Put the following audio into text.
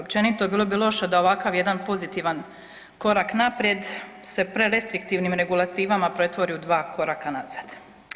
Općenito, bilo bi loše da ovakav jedan pozitivan korak naprijed se prerestriktivnim regulativama pretvori u dva koraka nazad.